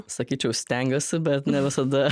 sakyčiau stengiuosi bet ne visada